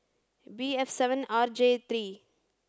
B F seven R J three